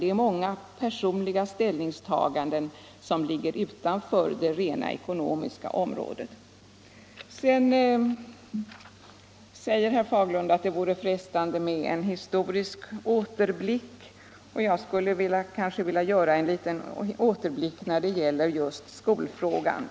Det är många personliga ställningstaganden som ligger utanför det rent ekonomiska området. Vidare säger herr Fagerlund att det vore frestande med en historisk återblick, och jag skulle också vilja göra en sådan när det gäller skolfrågan.